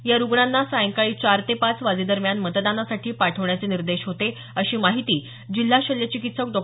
या रुग्णांना सायंकाळी चार ते पाच वाजेदरम्यान मतदानासाठी पाठवण्याचे निर्देश होते अशी माहिती जिल्हा शल्य चिकित्सक डॉ